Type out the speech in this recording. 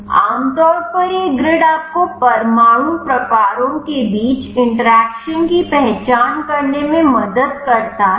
आमतौर पर यह ग्रिड आपको परमाणु प्रकारों के बीच इंटरेक्शन की पहचान करने में मदद करता है